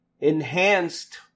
enhanced